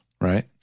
right